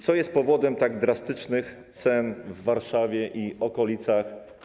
Co jest powodem tak drastycznych cen w Warszawie i okolicach?